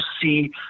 see